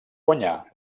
guanyar